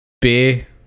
beer